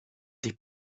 des